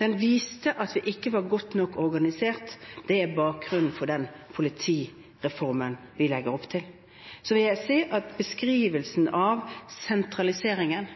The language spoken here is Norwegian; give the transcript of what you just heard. Det viste at vi ikke var godt nok organisert – det er bakgrunnen for den politireformen vi legger opp til. Så vil jeg si at beskrivelsen av sentraliseringen,